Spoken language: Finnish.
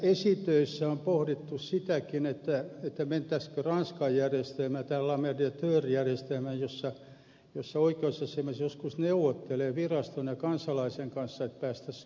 esitöissä on pohdittu sitäkin että mentäisiinkö ranskan järjestelmään tähän le mediateur järjestelmään jossa oikeusasiamies joskus neuvottelee viraston ja kansalaisen kanssa että päästäisiin kohtuulliseen tulokseen